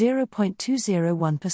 0.201%